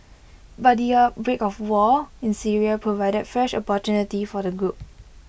but the outbreak of war in Syria provided fresh opportunity for the group